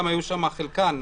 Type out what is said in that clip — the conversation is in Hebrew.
היו שם מכות,